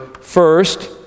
first